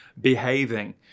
behaving